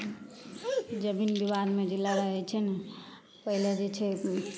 कहियौ जमीन बिबादमे जे लड़ाइ होइ छै ने पहिले जे छै ओ